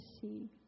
see